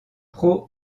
pro